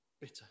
bitter